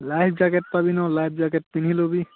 life jacket পাবি ন life jacket পিন্ধি ল'বি